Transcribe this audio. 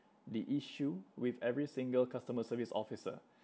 the issue with every single customer service officer